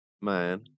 man